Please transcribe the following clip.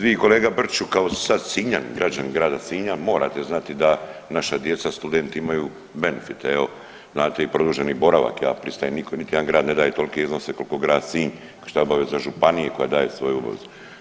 Vi kolega Brčiću kako sad Sinjanin, građanin grada Sinja morate znati da naša djeca studenti imaju benefite, evo znate i produženi boravak, ja pristajem niko, niti jedan grad ne daje tolike iznose koliko grad Sinj, a što je obaveza županije koja daje svoju obavezu.